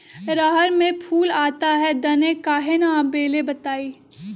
रहर मे फूल आता हैं दने काहे न आबेले बताई?